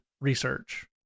research